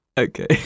Okay